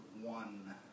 one